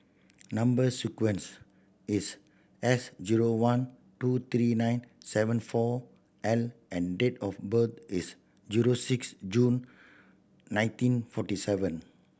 number sequence is S zero one two three nine seven four L and date of birth is zero six June nineteen forty seven